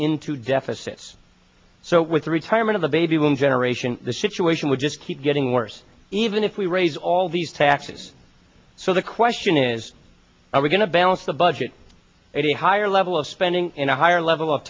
into deficits so with the retirement of the baby boom generation the shift way should we just keep getting worse even if we raise all these taxes so the question is are we going to balance the budget at a higher level of spending and a higher level of